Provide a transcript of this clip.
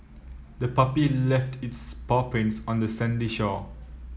the puppy left its paw prints on the sandy shore